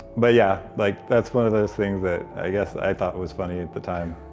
but yeah, like that's one of those things that i guess i thought was funny at the time.